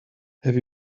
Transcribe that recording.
have